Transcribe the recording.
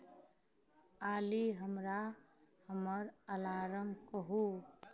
आली हमरा हमर अलार्म कहू